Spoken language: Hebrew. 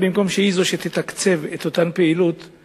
במקום שתתקצב את אותן פעילויות,